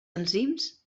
enzims